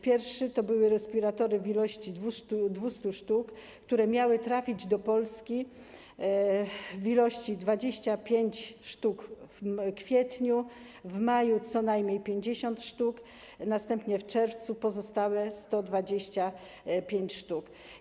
Pierwszy to były respiratory w ilości 200 sztuk, które miały trafić do Polski w kwietniu - w ilości 25 sztuk, w maju - co najmniej 50 sztuk, następnie w czerwcu - pozostałe 125 sztuk.